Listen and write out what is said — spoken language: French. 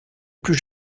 plus